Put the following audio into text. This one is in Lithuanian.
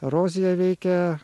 erozija veikia